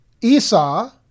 Esau